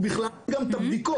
ובכלל זה גם את הבדיקות.